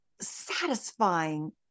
satisfying